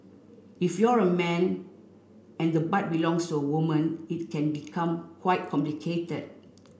if you're a man and the butt belongs to a woman it can become quite complicated